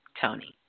Tony